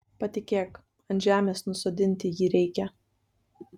patikėk ant žemės nusodinti jį reikia